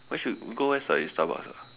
where should we go where study Starbucks ah